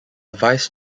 vice